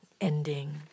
ending